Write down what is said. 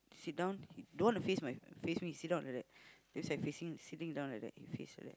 sit down don't want to face my face me sit down like that just like facing sitting down like that he face like that